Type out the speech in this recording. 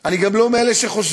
אני גם לא מאלה שחושבים